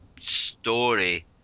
story